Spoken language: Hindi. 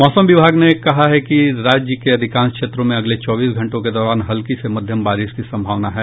मौसम विभाग ने कहा है कि राज्य के अधिकांश क्षेत्रों में अगले चौबीस घंटों के दौरान हल्की से मध्यम बारिश की संभावना है